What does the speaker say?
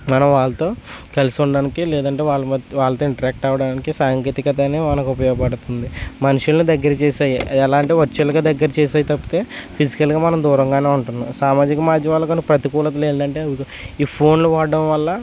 మనం వాళ్ళతో కలిసుండటానికి లేదంటే వాళ్ళ వాళ్ళతో ఇంటరాక్ట్ అవ్వడానికి సాంకేతికత అనేది మనకి ఉపయోగపడుతుంది మనుషులని దగ్గర చేసాయి ఎలా అంటే వర్చువల్గా దగ్గర చేసాయి తప్పితే ఫిజికల్గా మనం దూరంగానే ఉంటున్నాము సామాజిక మాధ్యమాల వల్ల ప్రతికూలత ఏంటంటే ఈ ఫోన్లు వాడటం వల్ల